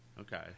Okay